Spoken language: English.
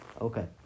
Okay